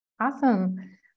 Awesome